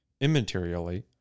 immaterially